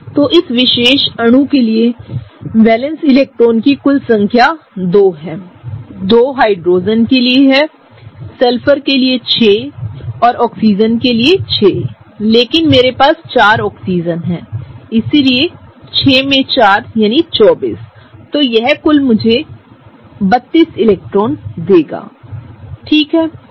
तो इस विशेष अणु के लिए वैलेंस इलेक्ट्रॉनों की कुल संख्या हाइड्रोजन के लिए 2 है सल्फर के लिए 6 और ऑक्सीजन के लिए 6लेकिन मेरे पास 4 ऑक्सीजन हैं इसलिए 6 में 4 यानी 24यह मुझे कुल 32 इलेक्ट्रॉन देगा ठीक है